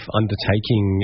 undertaking